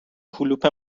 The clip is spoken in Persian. کلوپ